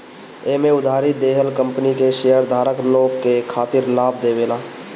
एमे उधारी देहल कंपनी के शेयरधारक लोग के खातिर लाभ देवेला